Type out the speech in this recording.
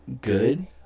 good